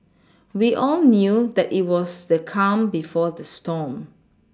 we all knew that it was the calm before the storm